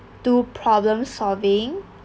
to problem solving